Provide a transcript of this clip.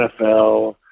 NFL